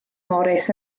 morys